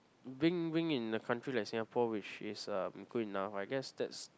bring bring in a country like Singapore which is um good enough I guess that's